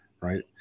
right